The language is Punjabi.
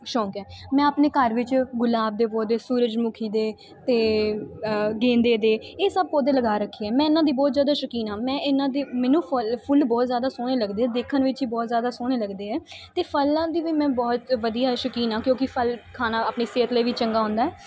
ਸ਼ੌਂਕ ਹੈ ਮੈਂ ਆਪਣੇ ਘਰ ਵਿੱਚ ਗੁਲਾਬ ਦੇ ਪੌਦੇ ਸੂਰਜਮੁਖੀ ਦੇ ਅਤੇ ਗੇਂਦੇ ਦੇ ਇਹ ਸਭ ਪੌਦੇ ਲਗਾ ਰੱਖੇ ਆ ਮੈਂ ਇਹਨਾਂ ਦੀ ਬਹੁਤ ਜ਼ਿਆਦਾ ਸ਼ੌਕੀਨ ਹਾਂ ਮੈਂ ਇਹਨਾਂ ਦੇ ਮੈਨੂੰ ਫੁ ਫੁੱਲ ਬਹੁਤ ਜਿਆਦਾ ਸੋਹਣੇ ਲੱਗਦੇ ਆ ਦੇਖਣ ਵਿੱਚ ਹੀ ਬਹੁਤ ਜ਼ਿਆਦਾ ਸੋਹਣੇ ਲੱਗਦੇ ਆ ਅਤੇ ਫਲਾਂ ਦੀ ਵੀ ਮੈਂ ਬਹੁਤ ਵਧੀਆ ਸ਼ੌਕੀਨ ਹਾਂ ਕਿਉਂਕਿ ਫਲ ਖਾਣਾ ਆਪਣੀ ਸਿਹਤ ਲਈ ਵੀ ਚੰਗਾ ਹੁੰਦਾ